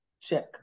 Check